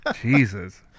Jesus